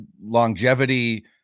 longevity